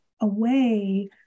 away